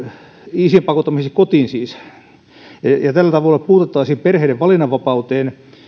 isien pakottamiseksi kotiin ja tällä tavalla puututtaisiin perheiden valinnanvapauteen